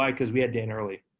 why? cause we had dan early,